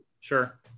sure